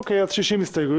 אוקיי, אז 60 הסתייגויות.